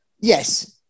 yes